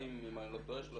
כ-340 אם אני לא טועה.